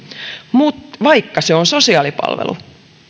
vaikka se on sosiaalipalvelu kuntouttava